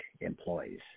employees